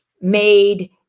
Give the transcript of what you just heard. made